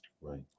Right